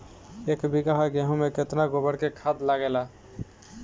एक बीगहा गेहूं में केतना गोबर के खाद लागेला?